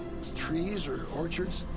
trees, or orchards.